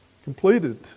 completed